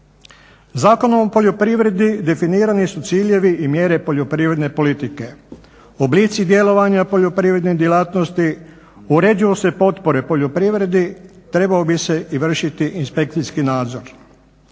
Zakonom o poljoprivredi definirani su ciljevi i mjere poljoprivredne politike, oblici djelovanja poljoprivredne djelatnosti, uređuju se potpore poljoprivredi, trebao bi se i vršiti inspekcijski nadzor.